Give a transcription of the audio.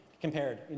compared